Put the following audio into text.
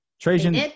Trajan